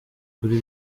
kuri